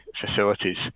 facilities